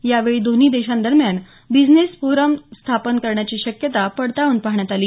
यावेळी दोन्ही देशांदरम्यान बिझनेस फोरम स्थापन करण्याची शक्यता पडताळून पाहण्यात आली